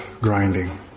grinding